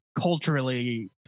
culturally